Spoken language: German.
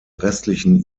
restlichen